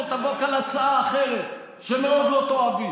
שתבוא כאן הצעה אחרת שמאוד לא תאהבי.